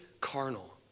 carnal